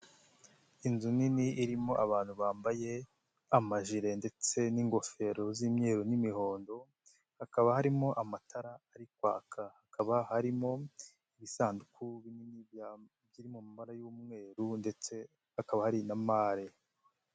Inzu nini irimo abantu bambaye, amajile ndetse n'ingofero z'imyeru n'imihondo. Hakaba harimo amatara ari kwaka hakaba harimo, ibisanduku binini biri mu mabara y'umweru ndetse, hakaba hari na mare.